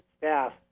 staff